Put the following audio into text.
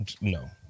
No